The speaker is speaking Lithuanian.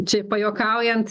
čia pajuokaujant